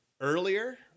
earlier